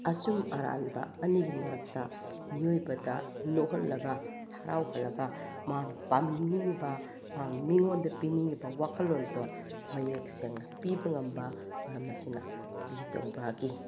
ꯑꯆꯨꯝ ꯑꯔꯥꯟꯕ ꯑꯅꯤꯒꯤ ꯃꯔꯛꯇ ꯃꯤꯑꯣꯏꯕꯗ ꯅꯣꯛꯍꯜꯂꯒ ꯍꯔꯥꯎꯍꯜꯂꯒ ꯃꯥꯅ ꯄꯥꯡꯕꯤꯅꯤꯡꯉꯤꯕ ꯃꯍꯥꯛꯅ ꯃꯤꯉꯣꯟꯗ ꯄꯤꯅꯤꯡꯉꯤꯕ ꯋꯥꯈꯜꯂꯣꯟꯗꯣ ꯃꯌꯦꯛ ꯁꯦꯡꯅ ꯄꯤꯕ ꯉꯝꯕ ꯃꯔꯝ ꯑꯁꯤꯅ ꯖꯤ ꯁꯤ ꯇꯣꯡꯕ꯭ꯔꯥꯒꯤ